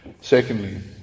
Secondly